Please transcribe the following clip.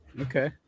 Okay